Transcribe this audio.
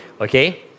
okay